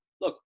look